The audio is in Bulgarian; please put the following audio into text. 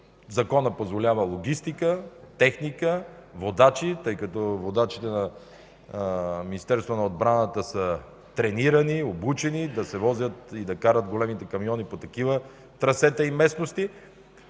законът позволява – логистика, техника, водачи, тъй като водачите на Министерството на отбрана са тренирани, обучени да се возят и да карат големите камиони по такива трасета и местности.